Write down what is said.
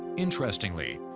interestingly,